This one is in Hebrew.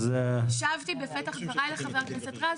השבתי בפתח דבריי לחבר הכנסת רז,